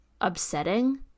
upsetting